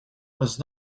was